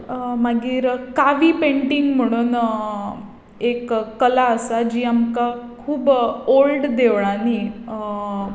मागीर कावी पॅंटिंग म्हणून एक कला आसा जी आमकां खूब ओल्ड देवळांनीं